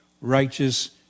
righteous